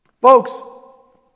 Folks